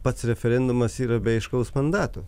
pats referendumas yra be aiškaus mandato